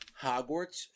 Hogwarts